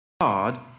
God